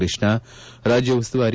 ಕೃಷ್ಣ ರಾಜ್ಯ ಉಸ್ತುವಾರಿ